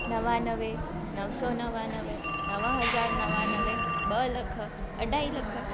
नवानवे नौ सौ नवानवे नव हज़ार नवानवे ॿ लख अढाई लख